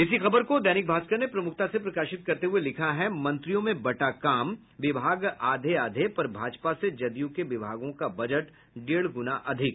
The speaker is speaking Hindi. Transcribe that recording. इसी खबर को दैनिक भास्कर ने प्रमुखता से प्रकाशित करते हुये लिखा है मंत्रियों में बंटा काम विभाग आधे आधे पर भाजपा से जदयू के विभागों का बजट डेढ़ गुना अधिक